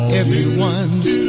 everyone's